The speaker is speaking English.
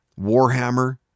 warhammer